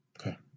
Okay